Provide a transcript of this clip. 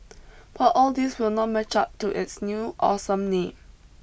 but all these will not match up to its new awesome name